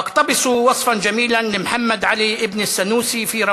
אצטט תיאור יפה מאת מוחמד עלי בן א-סנוסי על אודות